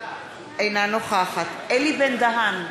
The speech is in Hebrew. אינה נוכחת אלי בן-דהן,